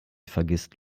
vergisst